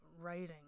writing